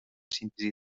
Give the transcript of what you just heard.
síntesi